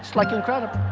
like, incredible